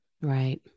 Right